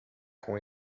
com